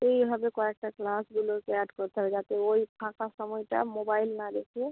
এইভাবে কয়েকটা ক্লাসগুলোতে অ্যাড করতে হবে যাতে ওই ফাঁকা সময়টা মোবাইল না দেখে